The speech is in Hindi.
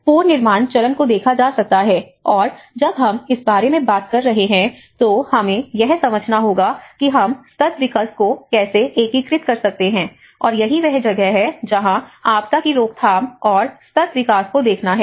पुनर्निर्माण चरण को देखा जा सकता है और जब हम इस बारे में बात कर रहे हैं तो हमें यह समझना होगा कि हम सतत विकास को कैसे एकीकृत कर सकते हैं और यही वह जगह है जहां आपदा की रोकथाम और सतत विकास को देखना है